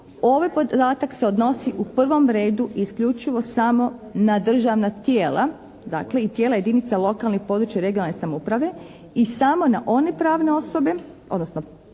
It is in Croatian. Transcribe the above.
ovaj podatak se odnosi u prvom redu i isključivo samo na državna tijela i tijela jedinica lokalne i područne (regionalne) samouprave i samo na one pravne osobe, odnosno